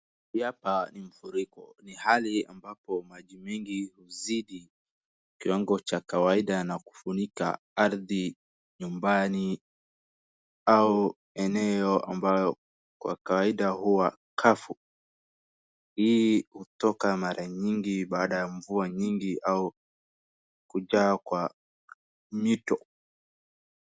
Hapa ni mfuriko ni hali ambapo maji mingi huzidi kiwango cha kawaida na kufunika ardhi ,nyumbani au eneo ambayo kwa kawaida huwa kafu. Hii hutoka mara nyingi baada ya mvua nyingi au kujaa kwa mito.